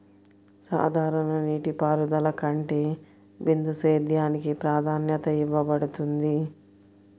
సాధారణ నీటిపారుదల కంటే బిందు సేద్యానికి ప్రాధాన్యత ఇవ్వబడుతుంది